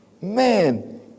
Man